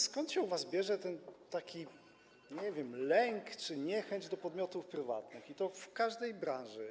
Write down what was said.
Skąd się u was bierze ten, nie wiem, lęk czy ta niechęć do podmiotów prywatnych, i to w każdej branży?